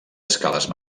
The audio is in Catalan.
escales